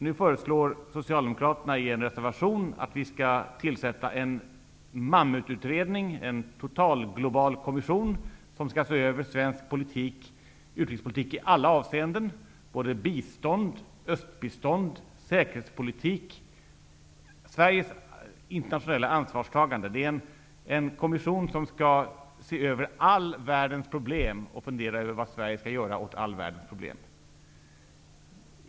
Nu föreslår Socialdemokraterna i en reservation att vi skall tillsätta en mammututredning, en totalglobal kommission, som skall se över svensk utrikespolitik i alla avseenden: bistånd, östbistånd, säkerhetspolitik och Sveriges internationella ansvarstaganden. En kommission skall se över alla världens problem och fundera över vad Sverige skall göra åt dessa.